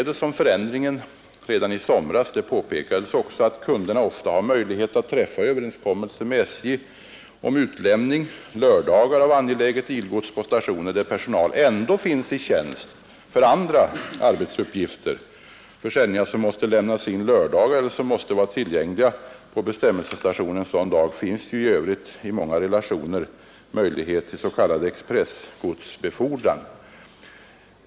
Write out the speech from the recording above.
Det gjordes redan i somras och då påpekades också att kunderna har möjlighet att träffa överenskommelse med SJ om utläm ning lördagar av angeläget ilgods på stationer, där personal ändå finns i tjänst för andra arbetsuppgifter. För sändningar som måste lämnas in lördagar eller som måste vara tillgängliga på bestämmelsestationen sådana dagar finns i övrigt i många relationer möjlighet till s.k. expressgodsbefordran.